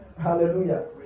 Hallelujah